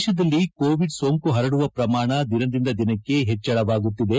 ದೇಶದಲ್ಲಿ ಕೋವಿಡ್ ಸೋಂಕು ಪರಡುವ ಪ್ರಮಾಣ ದಿನದಿಂದ ದಿನಕ್ಕೆ ಹೆಚ್ಚಳವಾಗುತ್ತಿದೆ